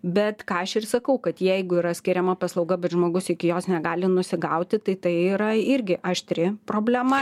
bet ką aš ir sakau kad jeigu yra skiriama paslauga bet žmogus iki jos negali nusigauti tai tai yra irgi aštri problema